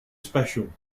special